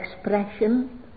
expression